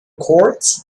courts